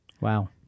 Wow